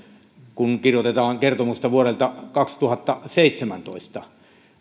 kun kirjoitetaan kertomusta vuodelta kaksituhattaseitsemäntoista